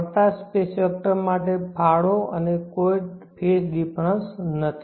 ફરતા space vector માટે ફાળો અને કોઈ ફેઝ ડિફરન્સ નથી